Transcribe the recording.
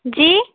जी